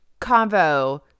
convo